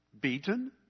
beaten